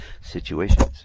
situations